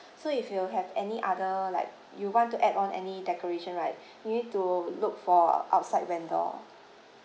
so if you have any other like you want to add on any decoration right you need to look for outside vendor